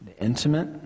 intimate